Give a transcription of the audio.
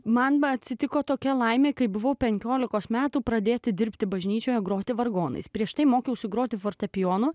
man atsitiko tokia laimė kai buvau penkiolikos metų pradėti dirbti bažnyčioje groti vargonais prieš tai mokiausi groti fortepijonu